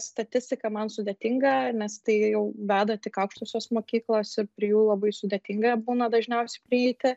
statistika man sudėtinga nes tai jau veda tik aukštosios mokyklos ir prie jų labai sudėtinga būna dažniausiai prieiti